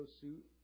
suit